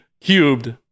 cubed